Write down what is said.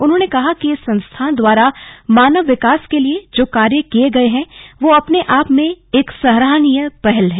उन्होंने कहा कि इस संस्था द्वारा मानव विकास के लिए जो कार्य किये गये है वह अपने आप में एक सराहनीय पहल है